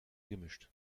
gemischt